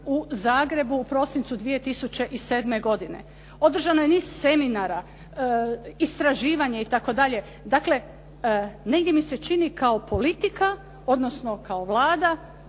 u Zagrebu, u prosincu 2007. godine. Održano je niz seminara, istraživanja itd. Dakle, negdje mi se čini kao politika odnosno kao Vlada